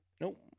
nope